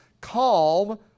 calm